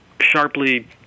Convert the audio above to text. sharply